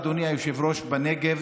אדוני היושב-ראש, המצב בנגב